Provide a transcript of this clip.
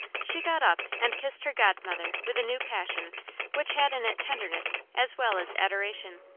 she got up and kissed her godmother with a new passion which had in it tenderness as well as adoration.